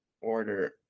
order